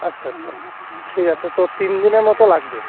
আচ্ছা আচ্ছা আচ্ছা ঠিক আছে তো তিন দিনের মতো লাগবে